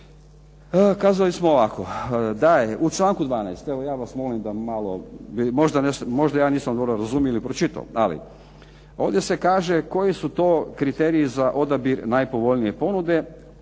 Kazali smo ovako, da je u članku 12., evo ja vas molim da malo, možda ja nisam dobro razumio ili pročitao, ali ovdje se kaže koji su to kriteriji za odabir najpovoljnije ponude,